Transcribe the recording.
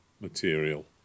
material